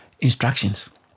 instructions